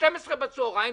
ב-12 בצוהריים,